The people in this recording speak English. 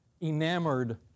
enamored